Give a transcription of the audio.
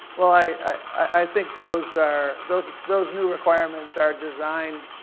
well, i i think those are, those those new requirements are designed,